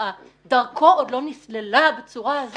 להשפעה ודרכו עוד לא נסללה בצורה ברורה